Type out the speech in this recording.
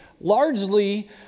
largely